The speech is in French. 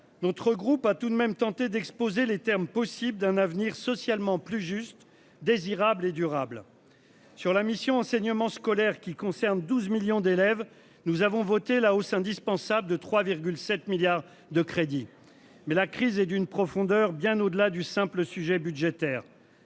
Notre groupe a tout de même tenté d'exposer les termes possible d'un avenir socialement plus juste désirable et durable sur la mission enseignement scolaire qui concerne 12 millions d'élèves, nous avons voté la hausse indispensable de 3 7 milliards de crédits mais la crise et d'une profondeur bien au-delà du simple sujet budgétaires.--